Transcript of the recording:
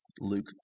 Luke